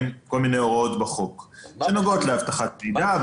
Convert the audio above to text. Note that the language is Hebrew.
כל מיני הוראות בחוק שנוגעות לאבטחת מידע,